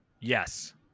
Yes